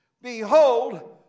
Behold